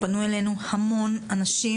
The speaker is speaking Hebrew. פנו אלינו המון אנשים,